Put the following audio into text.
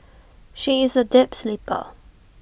she is A deep sleeper